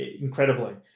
incredibly